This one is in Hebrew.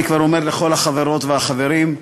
אני כבר אומר לכל החברות והחברים: